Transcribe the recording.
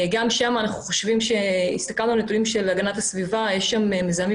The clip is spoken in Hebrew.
גם שם אנחנו חושבים הסתכלנו על נתוני הגנת הסביבה שיש שם מזהמים